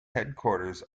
headquarters